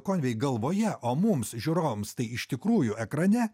konvei galvoje o mums žiūrovams tai iš tikrųjų ekrane